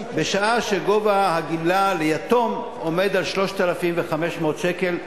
בשעה שגובה הגמלה ליתום עומד על 3,500 שקל,